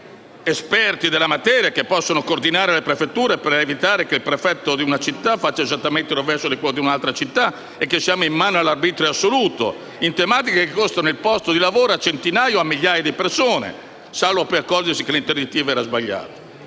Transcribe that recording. anziani esperti nella materia che possono coordinare le prefetture per evitare che il prefetto di una città faccia esattamente il contrario di quello di un'altra e che si resti in mano all'arbitrio assoluto in tematiche che costano il posto di lavoro a centinaia o migliaia di persone (salvo poi accorgersi che l'interdittiva era sbagliata).